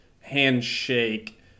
handshake